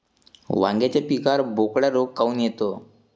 वांग्याच्या पिकावर बोकड्या रोग काऊन येतो?